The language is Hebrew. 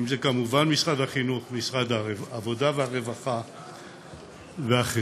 כמובן משרד החינוך, משרד העבודה והרווחה ואחרים,